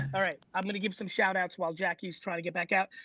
all right. i'm gonna give some shout outs while jackie's trying to get back out.